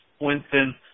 Winston